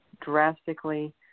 drastically